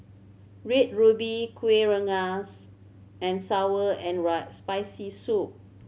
Red Ruby Kueh Rengas and sour and Spicy Soup